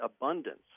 abundance